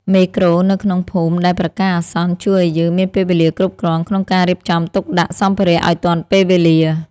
មេក្រូនៅក្នុងភូមិដែលប្រកាសអាសន្នជួយឱ្យយើងមានពេលវេលាគ្រប់គ្រាន់ក្នុងការរៀបចំទុកដាក់សម្ភារៈឱ្យទាន់ពេលវេលា។